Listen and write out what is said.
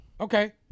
Okay